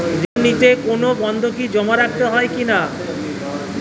ঋণ নিতে কোনো বন্ধকি জমা রাখতে হয় কিনা?